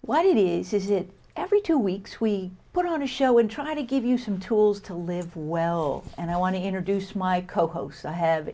what it is is it every two weeks we put on a show and try to give you some tools to live well and i want to introduce my co hosts i have